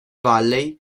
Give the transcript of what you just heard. valley